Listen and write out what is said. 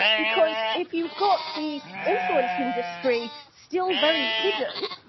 because if you've got the influence industry still very hidden,